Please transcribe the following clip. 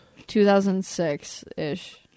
2006-ish